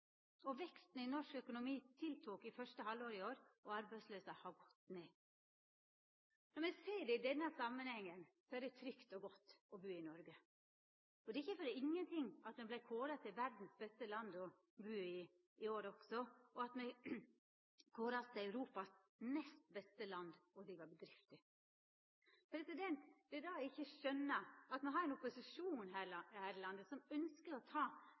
finanskrisa. Veksten i norsk økonomi auka i første halvår i år, og arbeidsløysa har gått ned. Når me ser det i denne samanhengen, er det trygt og godt å bu i Noreg. Det er ikkje for ingenting at Noreg også vart kåra til verdas beste land å bu i, og at Noreg vart kåra til Europas nest beste land å driva bedrift i. Det er da eg ikkje skjønar at me har ein opposisjon her i landet som ynskjer å ta